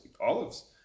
Olives